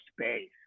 space